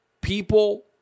People